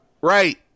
right